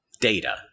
data